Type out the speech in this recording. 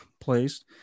placed